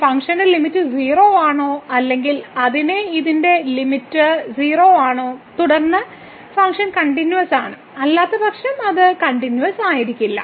ഈ ഫംഗ്ഷന്റെ ലിമിറ്റ് 0 ആണോ അല്ലെങ്കിൽ ഇവിടെ ഇതിന്റെ ലിമിറ്റ് 0 ആണോ തുടർന്ന് ഫംഗ്ഷൻ കണ്ടിന്യൂവസ്സാണ് അല്ലാത്തപക്ഷം അത് കണ്ടിന്യൂവസ്സായിരിക്കില്ല